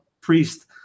priest